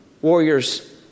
Warriors